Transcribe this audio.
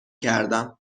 کردم